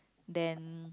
then